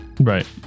Right